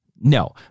No